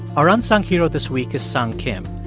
our unsung hero this week is seung kim.